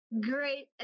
great